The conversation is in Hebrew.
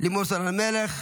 לימור סון הר מלך,